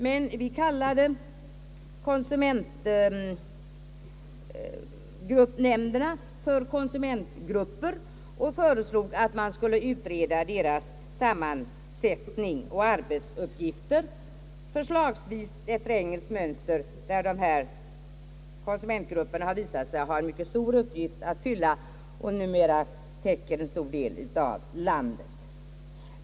Men vi kallade konsumentnämnderna för konsumentgrupper och föreslog att man skulle utreda deras sammansättning och arbetsuppgifter, förslagsvis efter engelskt mönster. I England har dessa konsumentgrupper visat sig ha en mycket stor uppgift att fylla, och de täcker en stor del av landet.